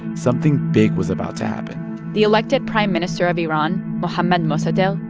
something big was about to happen the elected prime minister of iran, mohammad mossadegh,